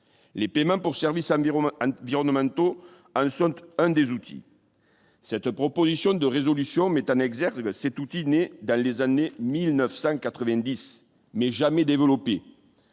les paiements pour services samedi Romain environnementaux un sont un des outils cette proposition de résolution mettent en exergue cet outil né dans les années 1990 mais jamais développé,